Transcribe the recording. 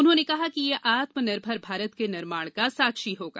उन्होंने कहा कि यह आत्मनिर्भर भारत के निर्माण का साक्षी होगा